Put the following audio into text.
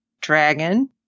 dragon